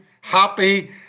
happy